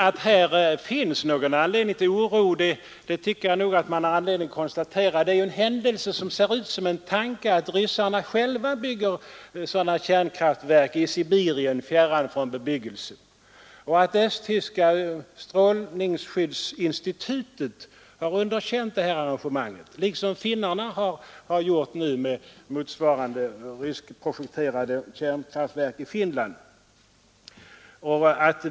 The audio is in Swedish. Att det finns anledning till oro är lätt att konstatera. Det är en händelse som ser ut som en tanke att ryssarna själva bygger kärnkraftverk av det här slaget i Sibirien, fjärran från bebyggelsen, och att det östtyska strålningsskyddsinstitutet har underkänt det aktuella arrangemanget, liksom finnarna har gjort beträffande motsvarande ryskprojekterade kärnkraftverk i Finland.